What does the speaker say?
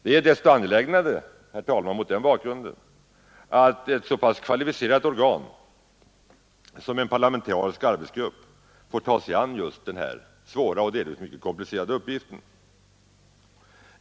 Det är mot den bakgrunden desto mera angeläget att ett så pass kvalificerat organ som en parlamentarisk arbetsgrupp får ta sig an denna svåra och delvis mycket komplicerade uppgift.